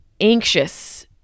anxious